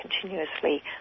continuously